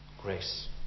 Grace